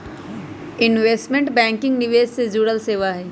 investment banking निवेश से जुड़ल सेवा हई